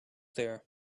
there